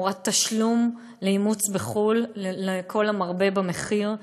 תמורת תשלום לאימוץ בחו"ל לכל המרבה במחיר,